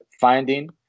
finding